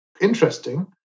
interesting